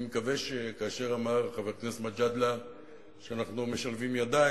אני מקווה שכאשר אמר חבר הכנסת מג'אדלה שאנחנו משלבים ידיים,